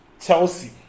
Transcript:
Chelsea